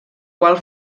qual